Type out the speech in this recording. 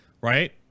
right